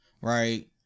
right